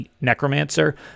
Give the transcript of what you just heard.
necromancer